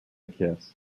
kiss